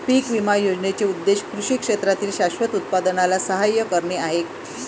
पीक विमा योजनेचा उद्देश कृषी क्षेत्रातील शाश्वत उत्पादनाला सहाय्य करणे हा आहे